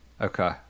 Okay